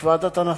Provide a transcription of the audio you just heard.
יש ועדת הנחות.